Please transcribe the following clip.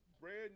brand